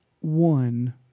one